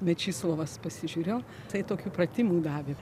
bet mečislovas pasižiūrėjo tai tokių pratimų davė